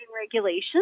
regulations